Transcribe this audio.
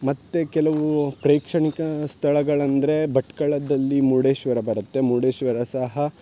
ಮತ್ತು ಕೆಲವು ಪ್ರೇಕ್ಷಣೀಯ ಸ್ಥಳಗಳು ಅಂದರೆ ಭಟ್ಕಳದಲ್ಲಿ ಮುರುಡೇಶ್ವರ ಬರುತ್ತೆ ಮುರುಡೇಶ್ವರ ಸಹ